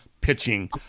pitching